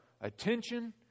attention